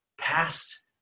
past